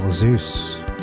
Zeus